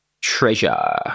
Treasure